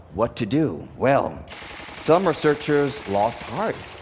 what to do? well some researchers lost heart,